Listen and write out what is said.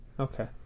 Okay